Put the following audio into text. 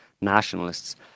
nationalists